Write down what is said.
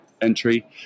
entry